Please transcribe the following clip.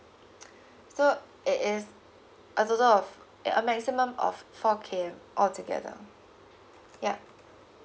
so it is a total of eh a maximum of four K_M altogether ya